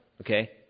Okay